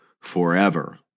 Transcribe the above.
forever